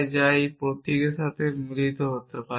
যা একই প্রতীকের সাথে মিলিত হতে পারে